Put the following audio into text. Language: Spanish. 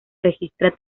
registra